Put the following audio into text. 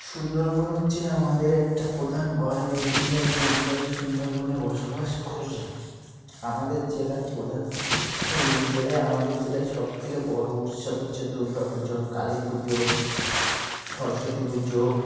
সুন্দরবন হচ্ছে আমাদের একটা প্রধান গর্বের বিষয় যে আমরা এই সুন্দরবনে বসবাস করি আমাদের জেলার প্রধান এই জেলায় আমাদের জেলায় সবথেকে বড় উৎসব হচ্ছে দুর্গা পুজো কালী পুজো সরস্বতী পুজো